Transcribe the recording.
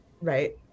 Right